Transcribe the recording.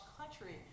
country